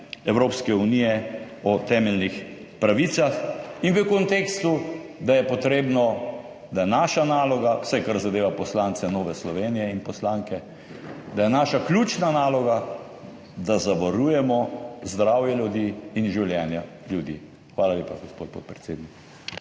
Evropske unije o temeljnih pravicah in v kontekstu, da je potrebno, da je naša naloga, vsaj kar zadeva poslance in poslanke Nove Slovenije, da je naša ključna naloga, da zavarujemo zdravje ljudi in življenja ljudi. Hvala lepa, gospod podpredsednik.